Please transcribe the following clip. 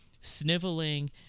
sniveling